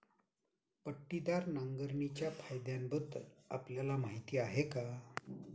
पट्टीदार नांगरणीच्या फायद्यांबद्दल आपल्याला माहिती आहे का?